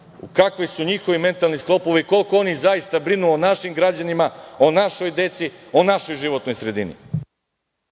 kakvi su njihovi mentalni sklopovi i koliko oni zaista brinu o našim građanima, o našoj deci, o našoj životnoj sredini.